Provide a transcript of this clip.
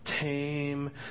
tame